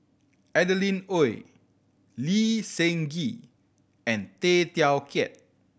Adeline Ooi Lee Seng Gee and Tay Teow Kiat